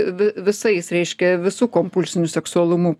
vi visais reiškia visu kompulsiniu seksualumu